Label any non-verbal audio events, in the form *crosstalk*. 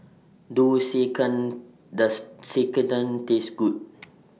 Do *unintelligible* Does *unintelligible* Taste Good